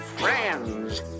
friends